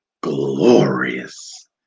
glorious